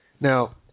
now